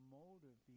motive